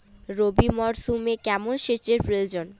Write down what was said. রবি মরশুমে কেমন সেচের প্রয়োজন?